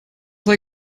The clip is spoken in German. sei